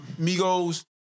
Migos